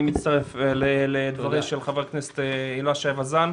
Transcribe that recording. אני מצטרף לדבריה של חברת הכנסת הילה שי וזאן.